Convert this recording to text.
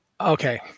okay